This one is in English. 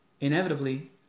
inevitably